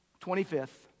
25th